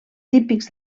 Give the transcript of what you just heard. típics